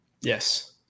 Yes